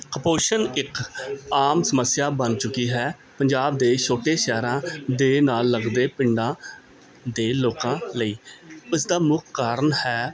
ਕੁਪੋਸ਼ਣ ਇੱਕ ਆਮ ਸਮੱਸਿਆ ਬਣ ਚੁੱਕੀ ਹੈ ਪੰਜਾਬ ਦੇ ਛੋਟੇ ਸ਼ਹਿਰਾਂ ਦੇ ਨਾਲ ਲੱਗਦੇ ਪਿੰਡਾਂ ਦੇ ਲੋਕਾਂ ਲਈ ਇਸਦਾ ਮੁੱਖ ਕਾਰਨ ਹੈ